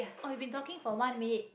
oh we've been talking for one minute